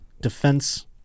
defense